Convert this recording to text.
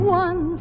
one